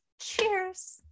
cheers